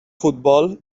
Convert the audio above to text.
futbol